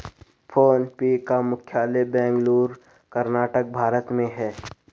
phone पे का मुख्यालय बेंगलुरु, कर्नाटक, भारत में है